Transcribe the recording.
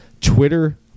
Twitter